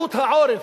היערכות העורף.